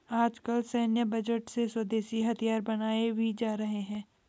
आजकल सैन्य बजट से स्वदेशी हथियार बनाये भी जा रहे हैं